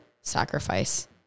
sacrifice